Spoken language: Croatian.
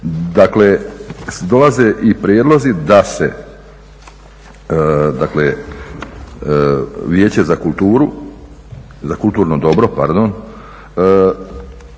dakle dolaze i prijedlozi da se dakle Vijeće za kulturu, za kulturno dobro, pardon,